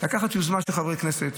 ביוזמה של חברי כנסת,